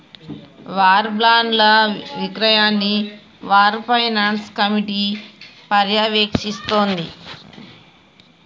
war బాండ్ల విక్రయాన్ని war finance committee పర్యవేక్షిస్తాంది